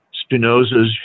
Spinoza's